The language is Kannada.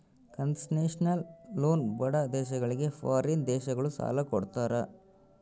ಕನ್ಸೇಷನಲ್ ಲೋನ್ ಬಡ ದೇಶಗಳಿಗೆ ಫಾರಿನ್ ದೇಶಗಳು ಸಾಲ ಕೊಡ್ತಾರ